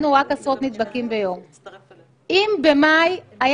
אם במאי היה